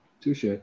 Touche